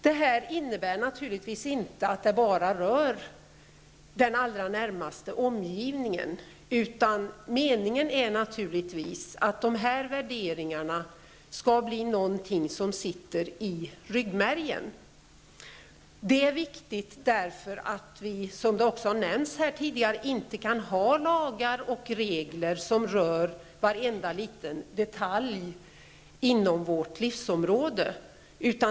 Det innebär naturligtvis inte att detta bara rör den allra närmaste omgivningen. Meningen är givetvis att de här värderingarna skall sitta i ryggmärgen. Det är viktigt därför att vi, som också har nämnts här tidigare, inte kan ha lagar och regler som rör varje liten detalj inom vårt livsområde.